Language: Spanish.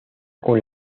con